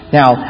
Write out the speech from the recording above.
now